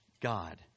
God